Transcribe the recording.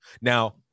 Now